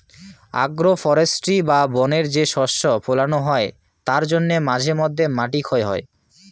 agro forestry বা বনে যে শস্য ফোলানো হয় তার জন্যে মাঝে মধ্যে মাটি ক্ষয় হয়